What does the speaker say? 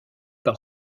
par